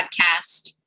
podcast